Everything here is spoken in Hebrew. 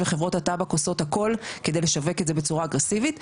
וחברות הטבק עושות הכל כדי לשווק את זה בצורה אגרסיבית.